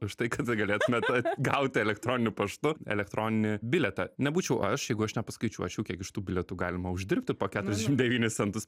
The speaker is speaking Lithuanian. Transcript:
už tai kad galėtumėt gauti elektroniniu paštu elektroninį bilietą nebūčiau aš jeigu aš nepaskaičiuočiau kiek iš tų bilietų galima uždirbti po keturiasdešim devynis centus